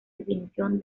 definición